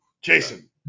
Jason